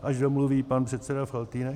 Až domluví pan předseda Faltýnek...